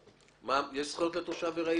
האם יש זכויות לתושב ארעי